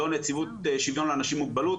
זו נציבות שיוויון לאנשים עם מוגבלות.